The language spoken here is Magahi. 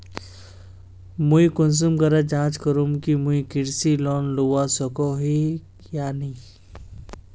मुई कुंसम करे जाँच करूम की मुई कृषि लोन लुबा सकोहो ही या नी?